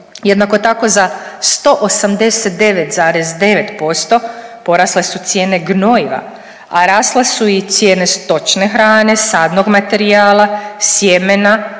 jednako tako za 189,9% porasle su cijene gnojiva, a rasle su i cijene stočne hrane, sadnog materijala, sjemena